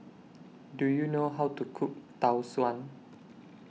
Do YOU know How to Cook Tau Suan